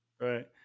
right